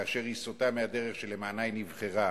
כאשר היא סוטה מהדרך שלמענה היא נבחרה,